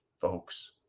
folks